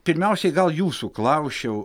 pirmiausiai gal jūsų klausčiau